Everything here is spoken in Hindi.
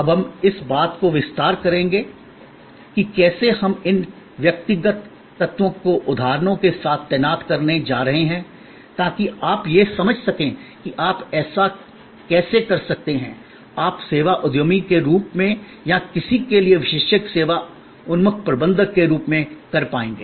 अब हम इस बात का विस्तार करेंगे कि कैसे हम इन व्यक्तिगत तत्वों को उदाहरणों के साथ तैनात करने जा रहे हैं ताकि आप यह समझ सकें कि आप ऐसा कैसे कर सकते हैं आप सेवा उद्यमी के रूप में या किसी के लिए विशेषज्ञ सेवा उन्मुख प्रबंधक के रूप में कर पाएंगे